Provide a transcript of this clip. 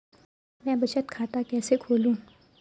मैं बचत खाता कैसे खोलूँ?